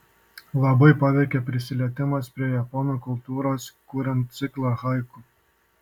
labai paveikė prisilietimas prie japonų kultūros kuriant ciklą haiku